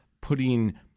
putting